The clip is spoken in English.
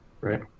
Right